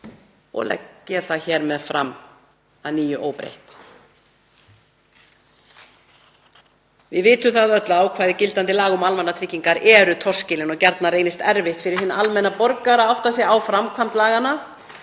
og legg ég það hér með fram að nýju óbreytt. Við vitum það öll að ákvæði gildandi laga um almannatryggingar eru torskilin og gjarnan reynist erfitt fyrir hinn almenna borgara að átta sig á framkvæmd laganna.